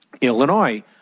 Illinois